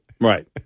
Right